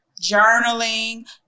journaling